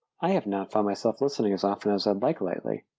i have not found myself listening as often as i'd like lightly.